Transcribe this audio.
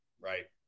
right